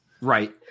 Right